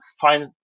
find